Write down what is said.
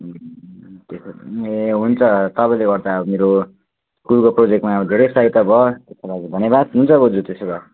ए हुन्छ तपाईँले गर्दा मेरो स्कुलको प्रोजेक्टमा धेरै सहायता भयो तपाईँलाई धन्यवाद हुन्छ बज्यू त्यसो भए